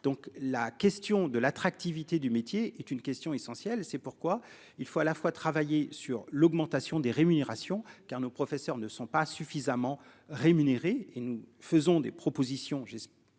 Donc la question de l'attractivité du métier est une question essentielle. C'est pourquoi il faut à la fois travailler sur l'augmentation des rémunérations car nos professeurs ne sont pas suffisamment rémunérés et nous faisons des propositions, j'ai